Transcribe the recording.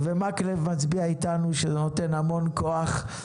ומקבל מצביע איתנו, וזה נותן המון כוח.